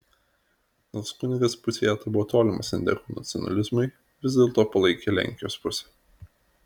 nors kunigas puciata buvo tolimas endekų nacionalizmui vis dėlto palaikė lenkijos pusę